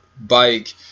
bike